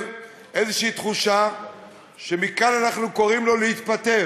איזושהי תחושה שמכאן אנחנו קוראים לו להתפטר.